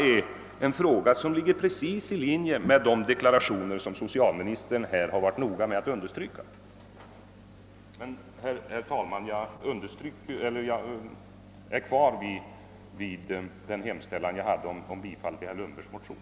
Den frågan ligger precis i linje med de deklarationer som socialministern har varit angelägen att avge. Herr talman! Jag står fast vid mitt yrkande om bifall till herr Lundbergs motion.